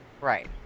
Right